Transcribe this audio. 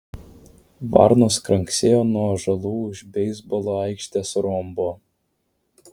varnos kranksėjo nuo ąžuolų už beisbolo aikštės rombo